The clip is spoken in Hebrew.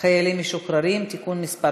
חיילים משוחררים (תיקון מס'